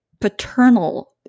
paternal